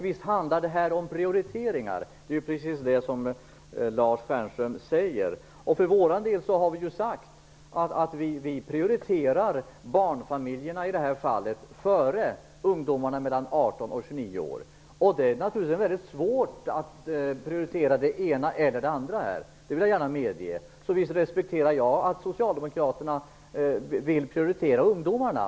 Visst handlar detta om prioriteringar, vilket är precis vad Lars Stjernström säger. För vår del har vi sagt att vi i det här fallet prioriterar barnfamiljerna före ungdomarna mellan 18 och 29 år. Det är naturligtvis väldigt svårt att prioritera den ena eller den andra gruppen, vill jag gärna medge. Så visst respekterar jag att socialdemokraterna vill prioritera ungdomarna.